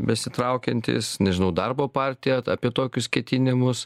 besitraukiantys nežinau darbo partija apie tokius ketinimus